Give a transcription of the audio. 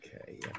Okay